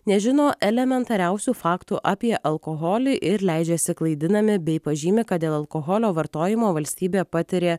nežino elementariausių faktų apie alkoholį ir leidžiasi klaidinami bei pažymi kad dėl alkoholio vartojimo valstybė patiria